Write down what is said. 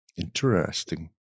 Interesting